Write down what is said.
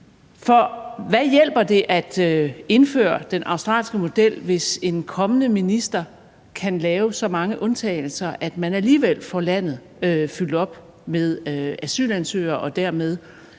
hvad hjælper det at indføre den australske model, hvis en kommende minister kan lave så mange undtagelser, at man alligevel får landet fyldt op med asylansøgere og derved